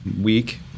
week